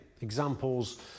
examples